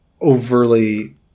overly